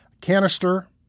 canister